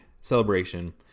celebration